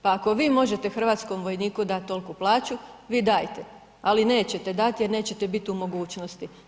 Pa ako vi možete hrvatskom vojniku dati tolku plaću, vi dajte, ali nećete dati jer nećete bit u mogućnosti.